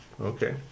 Okay